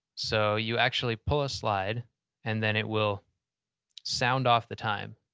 so you actually pull a slide and then it will sound off the time.